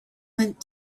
went